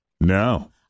No